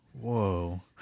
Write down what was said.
Whoa